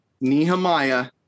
Nehemiah